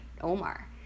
Omar